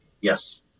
Yes